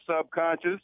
subconscious